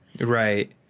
Right